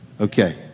Okay